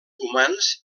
humans